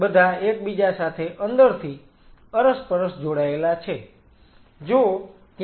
તે બધા એકબીજા સાથે અંદરથી અરસપરસ જોડાયેલા છે